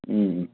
ꯎꯝ